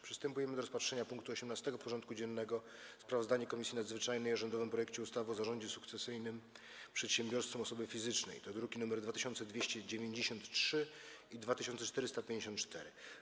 Przystępujemy do rozpatrzenia punktu 18. porządku dziennego: Sprawozdanie Komisji Nadzwyczajnej o rządowym projekcie ustawy o zarządzie sukcesyjnym przedsiębiorstwem osoby fizycznej (druki nr 2293 i 2454)